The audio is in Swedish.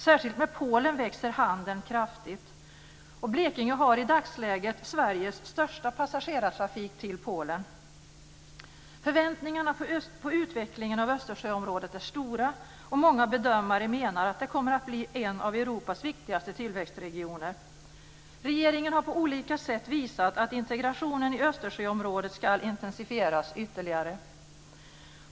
Särskilt med Polen växer handeln kraftigt. Blekinge har i dagsläget Förväntningarna på utvecklingen av Östersjöområdet är stora, och många bedömare menar att det kommer att bli en av Europas viktigaste tillväxtregioner. Regeringen har på olika sätt visat att integrationen i Östersjöområdet ska intensifieras ytterligare.